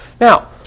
Now